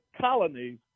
colonies